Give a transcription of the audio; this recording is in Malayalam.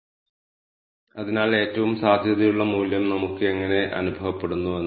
സമ്മറി ഫങ്ക്ഷനുള്ള വാക്യഘടന ഇപ്രകാരമാണ്